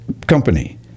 company